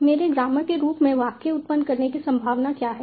मेरे ग्रामर के रूप में वाक्य उत्पन्न करने की संभावना क्या है